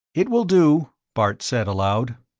it will do, bart said aloud.